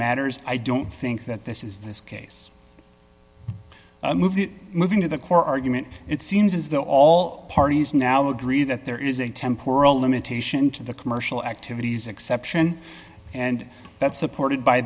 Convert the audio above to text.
matters i don't think that this is this case moving moving to the core argument it seems as though all parties now agree that there is a temporal limitation to the commercial activities exception and that's supported by